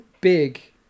big